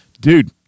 Dude